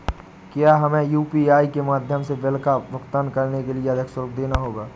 क्या हमें यू.पी.आई के माध्यम से बिल का भुगतान करने के लिए अधिक शुल्क देना होगा?